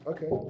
Okay